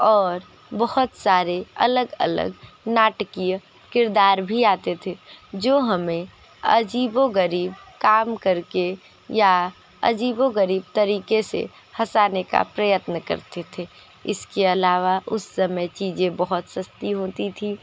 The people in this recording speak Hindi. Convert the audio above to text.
और बहुत सारे अलग अलग नाटकीय किरदार भी आते थे जो हमें अजीबोगरीब काम करके या अजीबोगरीब तरीके से हँसाने का प्रयत्न करते थे इसके आलावा उस समय चीज़ें बहुत सस्ती होती थीं